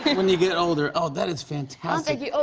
when you get older. oh, that is fantastic. yeah oh,